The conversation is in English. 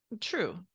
true